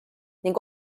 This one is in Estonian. ning